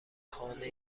خانه